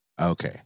Okay